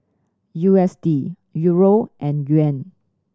U S D Euro and Yuan